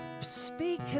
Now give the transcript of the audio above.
speak